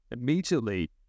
Immediately